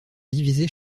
divisées